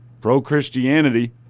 pro-Christianity